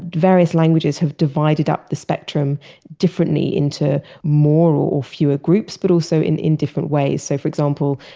various languages have divided up the spectrum differently into more or fewer groups, but also in in different ways. so for example,